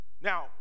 Now